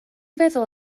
feddwl